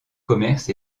commerces